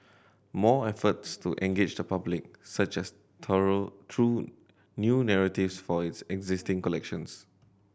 more efforts to engage the public such as thorough through new narratives for its existing collections